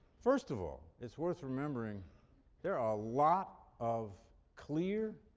first of all, it's worth remembering there are a lot of clear,